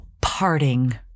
parting